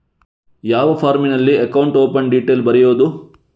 ಯಾವ ಫಾರ್ಮಿನಲ್ಲಿ account open detail ಬರೆಯುವುದು?